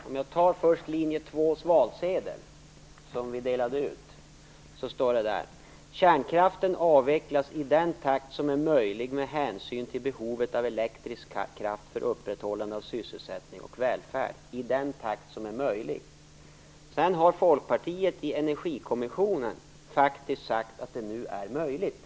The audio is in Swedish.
Fru talman! På linje 2:s valsedel står: Kärnkraften avvecklas i den takt som är möjlig med hänsyn till behovet av elektrisk kraft för upprätthållande av sysselsättning och välfärd. Alltså "i den takt som är möjlig". Sedan har Folkpartiet i Energikommissionen sagt att det nu är möjligt.